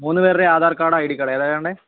മൂന്നുപേരുടെയും ആധാർ കാർഡോ I D കാർഡോ ഏതാണ് വേണ്ടത്